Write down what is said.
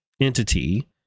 entity